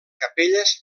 capelles